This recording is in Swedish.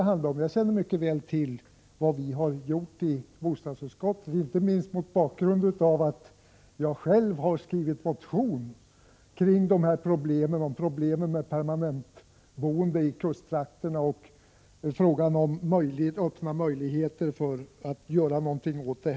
hållav äldre fastig Jag känner mycket väl till vad vi har gjort i bostadsutskottet — inte minst mot bakgrund av att jag själv har skrivit en motion kring problemet med permanentboende i kusttrakterna och möjligheterna att göra någonting åt det.